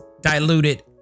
diluted